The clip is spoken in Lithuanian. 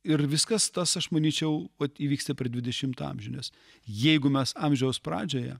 ir viskas tas aš manyčiau vat įvyksta per dvidešimtą amžių nes jeigu mes amžiaus pradžioje